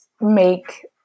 make